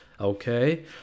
Okay